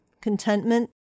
contentment